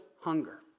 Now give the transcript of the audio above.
hunger